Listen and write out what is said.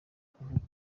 kuvuga